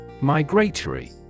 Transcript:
Migratory